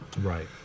Right